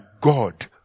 God